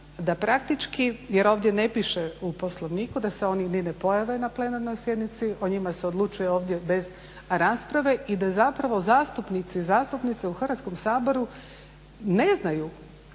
da praktički, jer ovdje ne piše u Poslovniku da se oni ni ne pojave na svojoj sjednici, o njima se odlučuje ovdje bez rasprave i da zapravo zastupnici i zastupnice u Hrvatskom saboru ne znaju